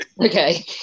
Okay